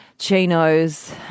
Chinos